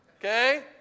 Okay